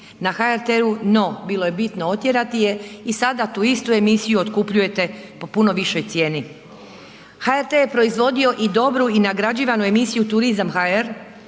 na HRT-u, no bilo je bitno otjerati je i sada tu istu emisiju otkupljujete po puno višoj cijeni. HRT je proizvodio i dobru i nagrađivanu emisiju Turizam HR,